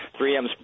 3Ms